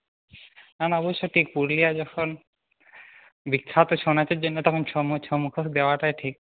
না না অবশ্যই ঠিক পুরুলিয়া যখন বিখ্যাত ছৌ নাচের জন্য তখন ছৌ মুখো ছৌ মুখোস দেওয়াটাই ঠিক